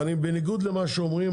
ואני בניגוד למה שאומרים,